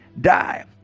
die